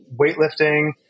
weightlifting